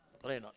correct a not